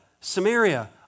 Samaria